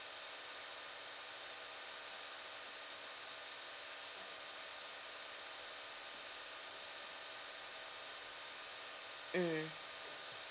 mm